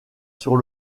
sur